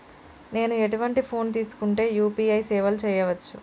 నేను ఎటువంటి ఫోన్ తీసుకుంటే యూ.పీ.ఐ సేవలు చేయవచ్చు?